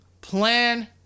plan